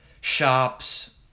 shops